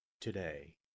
today